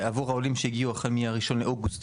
עבור העולים שהגיעו החל מה-1 באוגוסט